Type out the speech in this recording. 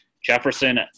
Jefferson